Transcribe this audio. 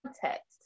context